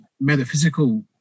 metaphysical